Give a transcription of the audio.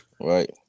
Right